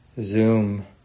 Zoom